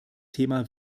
thema